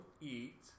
eat